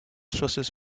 flusses